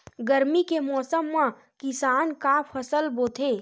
गरमी के मौसम मा किसान का फसल बोथे?